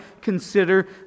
consider